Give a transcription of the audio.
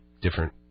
different